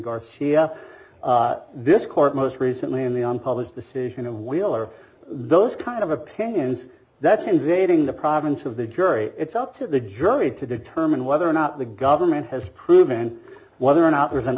garcia this court most recently in the unpublished decision of will are those kind of opinions that's invading the province of the jury it's up to the jury to determine whether or not the government has proven whether or not